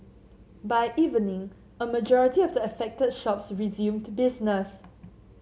by evening a majority of the affected shops resumed to business